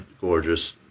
gorgeous